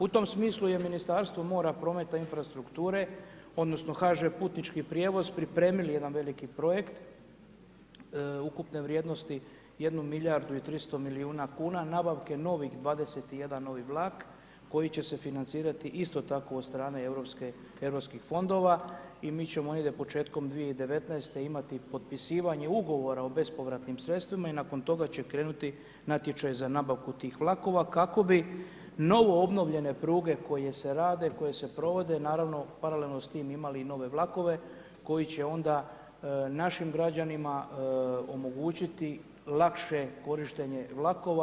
U tom smislu je Ministarstvo mora, prometa i infrastrukture, odnosno HŽ putnički prijevoz, pripremili jedan veliki projekt, ukupne vrijednosti 1 milijardu i 300 milijuna kuna, nabavke novih 21 novih vlak, koji će se financirati isto tako od strane europskih fondova, i mi ćemo negdje početkom 2019. imati potpisivanje Ugovora o bespovratnim sredstvima, i nakon toga će krenuti natječaj za nabavku tih vlakova, kako bi novo obnovljene pruge koje se rade, koje se provode, naravno paralelno s tim, imali i nove vlakove, koji će onda našim građanima omogućiti lakše korištenje vlakova.